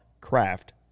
Craft